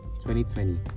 2020